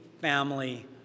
family